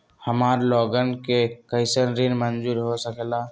हमार लोगन के कइसन ऋण मंजूर हो सकेला?